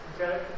Okay